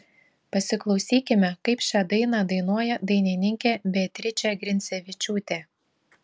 pasiklausykime kaip šią dainą dainuoja dainininkė beatričė grincevičiūtė